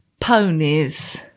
Ponies